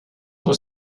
was